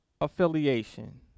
affiliation